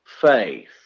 faith